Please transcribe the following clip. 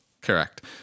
Correct